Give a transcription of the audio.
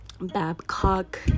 Babcock